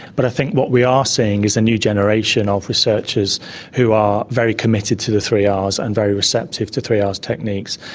but i think what we are seeing is a new generation of researchers who are very committed to the three ah rs and very receptive to three ah rs techniques,